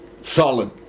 solid